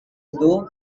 itu